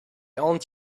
aunt